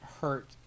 hurt